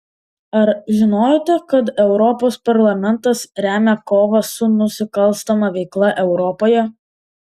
ar žinojote kad europos parlamentas remia kovą su nusikalstama veikla europoje